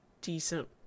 decent